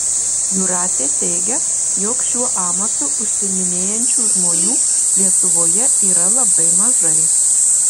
jūratė teigia jog šiuo amatu užsiiminėjančių žmonių lietuvoje yra labai mažai